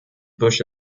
bush